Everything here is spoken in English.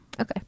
Okay